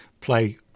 play